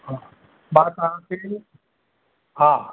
हा मां तव्हांखे हा